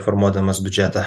formuodamas biudžetą